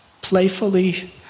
playfully